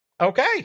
Okay